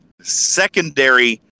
secondary